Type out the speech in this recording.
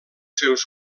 seus